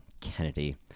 kennedy